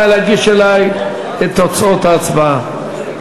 נא להעביר אלי את תוצאות ההצבעה.